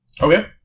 Okay